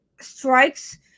strikes